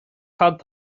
cad